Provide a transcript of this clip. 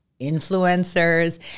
influencers